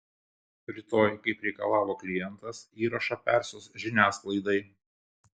rytoj kaip reikalavo klientas įrašą persiųs žiniasklaidai